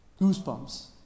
goosebumps